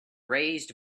raised